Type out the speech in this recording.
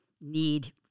need